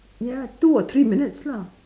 ya two or three minutes lah